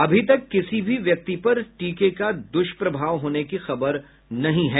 अभी तक किसी भी व्यक्ति पर टीके का दुष्प्रभाव होने की खबर नहीं है